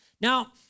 Now